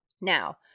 Now